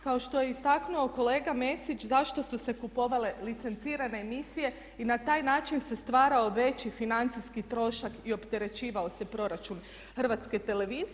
Kao što je istaknuo kolega Mesić, zašto su se kupovale licencirane emisije i na taj način se stvarao veći financijski trošak i opterećivao se proračun Hrvatske televizije.